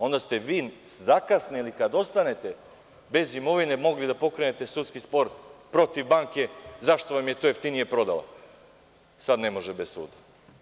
Onda ste vi zakasnili, kada ostane bez imovine mogli da pokrenete sudski spor protiv banke, zašto vam je to jeftinije prodao, sada ne može bez suda.